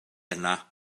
yna